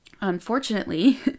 Unfortunately